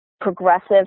progressive